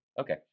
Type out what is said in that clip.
Okay